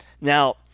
Now